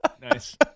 Nice